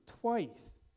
twice